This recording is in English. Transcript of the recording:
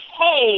hey